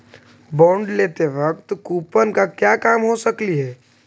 bond लेते वक्त coupon का क्या काम हो सकलई हे